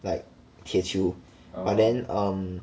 铁球 but then um